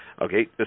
Okay